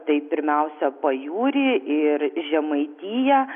tai pirmiausia pajūrį ir žemaitiją